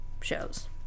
shows